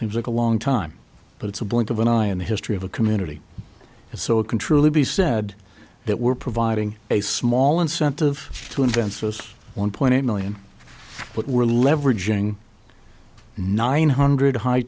seems like a long time but it's a blink of an eye in the history of a community so it can truly be said that we're providing a small incentive to invent those one point eight million but we're leveraging nine hundred high